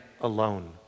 alone